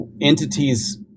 entities